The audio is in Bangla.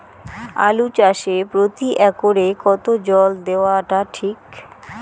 আলু চাষে প্রতি একরে কতো জল দেওয়া টা ঠিক?